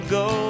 go